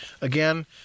Again